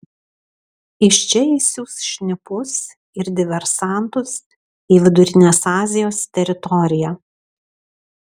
iš čia jis siųs šnipus ir diversantus į vidurinės azijos teritoriją